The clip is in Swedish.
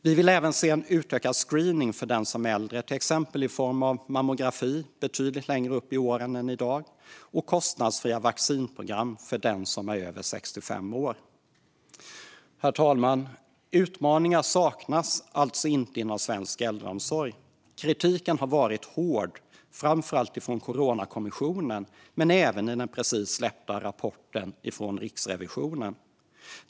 Vi vill även se en utökad screening för den som är äldre, till exempel i form av mammografi betydligt längre upp i åren än i dag och kostnadsfria vaccinprogram för den som är över 65 år. Herr talman! Utmaningar saknas alltså inte inom svensk äldreomsorg. Kritiken har varit hård framför allt från Coronakommissionen men även i den precis släppta rapporten från Riksrevisionen.